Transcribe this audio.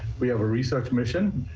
we have a research mission.